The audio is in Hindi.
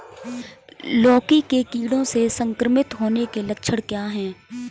लौकी के कीड़ों से संक्रमित होने के लक्षण क्या हैं?